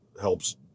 helps